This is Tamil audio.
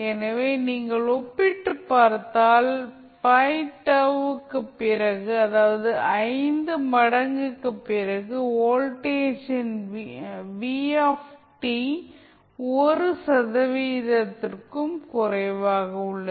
எனவே நீங்கள் ஒப்பிட்டுப் பார்த்தால் 5τ க்குப் பிறகு அதாவது 5 மடங்குக்குப் பிறகு வோல்டேஜின் v 1 சதவீதத்திற்கும் குறைவாக உள்ளது